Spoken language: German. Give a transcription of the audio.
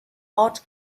ort